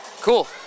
Cool